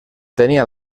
tenia